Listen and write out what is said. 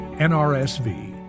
NRSV